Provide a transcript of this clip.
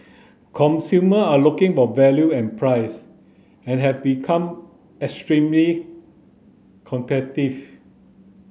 consumer are looking for value and price and have become extremely competitive